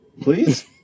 Please